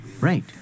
right